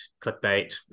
clickbait